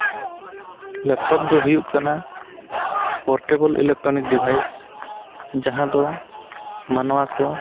laptop ᱫᱚ ᱦᱩᱭᱩᱜ ᱠᱟᱱᱟ ᱯᱳᱨᱴᱮᱵᱮᱞ ᱤᱞᱮᱠᱴᱨᱚᱱᱤᱠ ᱰᱤᱵᱷᱟᱭᱤᱥ ᱡᱟᱦᱟᱸ ᱫᱚ ᱢᱟᱱᱣᱟ ᱠᱚ